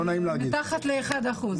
מתחת ל-1%.